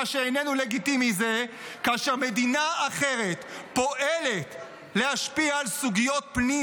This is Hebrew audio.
מה שאיננו לגיטימי זה כאשר מדינה אחרת פועלת להשפיע על סוגיות פנים